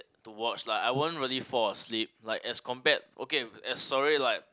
to watch lah I won't really fall asleep like as compared okay as sorry like